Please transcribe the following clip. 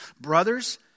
Brothers